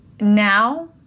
now